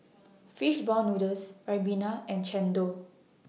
Fish Ball Noodles Ribena and Chendol